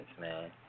man